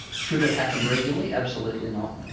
should it happen regularly? absolutely not.